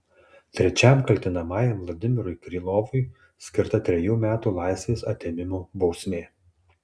trečiam kaltinamajam vladimirui krylovui skirta trejų metų laisvės atėmimo bausmė